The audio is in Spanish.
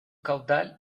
caudal